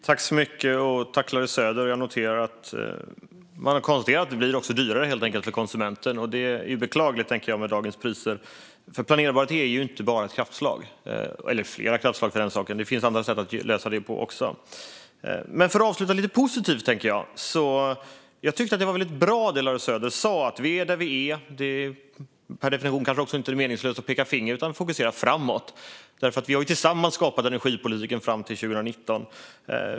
Fru talman och Larry Söder! Man konstaterar också att det helt enkelt blir dyrare för konsumenten. Det är beklagligt med dagens priser. Planerbart är ju inte bara ett eller flera kraftslag. Det finns andra sätt att lösa det på också. Jag tänker avsluta lite positivt. Det Larry Söder sa var väldigt bra; vi är där vi är. Det är kanske per definition inte meningsfullt att peka finger. Vi behöver fokusera framåt. Vi har tillsammans skapat energipolitiken fram till 2019.